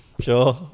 Sure